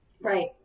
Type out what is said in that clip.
Right